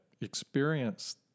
experience